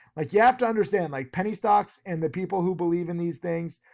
like you have to understand, like penny stocks and the people who believe in these things.